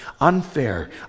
unfair